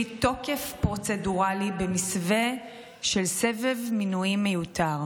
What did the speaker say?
תוקף פרוצדורלי במסווה של סבב מינויים מיותר.